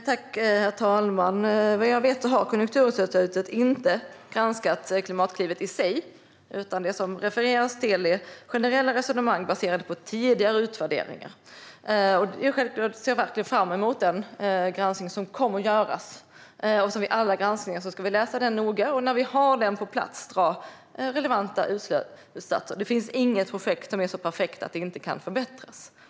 Herr talman! Vad jag vet har Konjunkturinstitutet inte granskat Klimatklivet i sig. Det som det refereras till är generella resonemang baserade på tidigare utvärderingar. Jag ser självklart fram emot den granskning som kommer att göras. Som alla granskningar ska vi läsa den noga. När vi har den på plats kan vi dra relevanta slutsatser. Det finns inget projekt som är så perfekt att det inte kan förbättras.